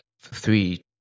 three